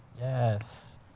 Yes